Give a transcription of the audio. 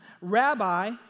Rabbi